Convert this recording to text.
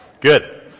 Good